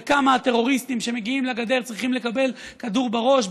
וכמה הטרוריסטים שמגיעים לגדר צריכים לקבל כדור בראש,